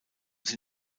sie